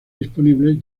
disponibles